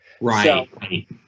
Right